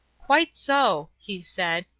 quite so, he said.